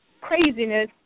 craziness